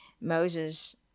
Moses